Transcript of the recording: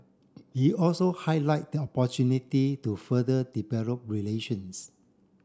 he also highlight the opportunity to further develop relations